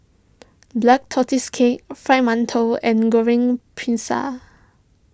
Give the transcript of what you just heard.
Black Tortoise Cake Fried Mantou and Goreng Pisang